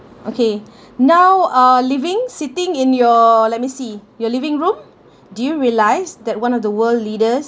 okay now uh living sitting in your let me see your living room do you realize that one of the world leaders